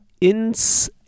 ins